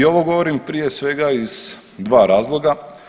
I ovo govorim prije svega iz dva razloga.